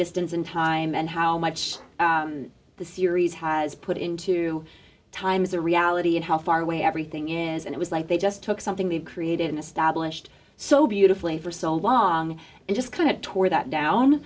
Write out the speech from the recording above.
distance and time and how much the series has put into time is a reality of how far away everything is and it was like they just took something they've created established so beautifully for so long and just kind of tore that down